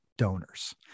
donors